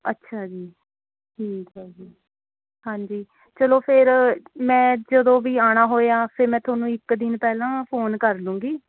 ਅੱਛਾ ਜੀ ਠੀਕ ਹੈ ਜੀ ਹਾਂਜੀ ਚਲੋ ਫੇਰ ਮੈਂ ਜਦੋਂ ਵੀ ਆਉਣਾ ਹੋਇਆ ਫੇਰ ਮੈਂ ਤੁਹਾਨੂੰ ਇੱਕ ਦਿਨ ਪਹਿਲਾਂ ਫ਼ੋਨ ਕਰ ਲੂੰਗੀ